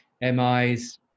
mis